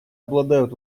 обладают